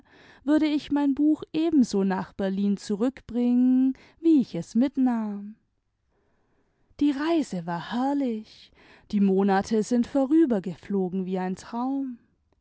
würde ich mein buch ebenso nach berlin zurückbringen wie ich es mitnahm die reise war herrlich die monate sind vorübergeflogen wie ein traum